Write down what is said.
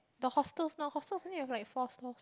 the holster now holster need to like four four